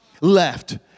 Left